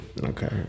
Okay